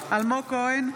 אלמוג כהן,